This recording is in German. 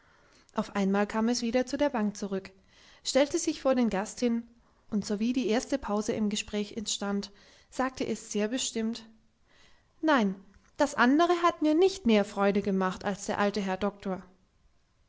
auf einmal kam es wieder zu der bank zurück stellte sich vor den gast hin und sowie die erste pause im gespräch entstand sagte es sehr bestimmt nein das andere hat mir nicht mehr freude gemacht als der alte herr doktor